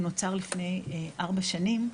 נוצר לפני ארבע שנים.